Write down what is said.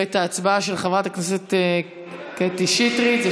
ואת ההצבעה של חברת הכנסת קטי שטרית.